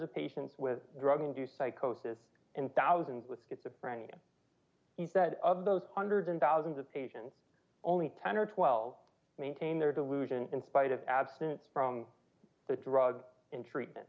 of patients with drug induced psychosis and thousands with schizophrenia is that of those hundreds and thousands of patients only ten or twelve maintain their delusion in spite of absence from the drug in treatment